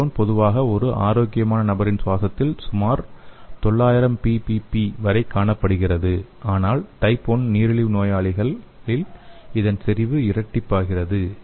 acetone பொதுவாக ஒரு ஆரோக்கியமான நபரின் சுவாசத்தில் சுமார் 900 பிபிபி பார்ட்ஸ் பெர் பில்லியன் வரை காணப்படுகிறது ஆனால் டைப் 1 நீரிழிவு நோயாளிகளில் இதன் செறிவு இரட்டிப்பாகிறது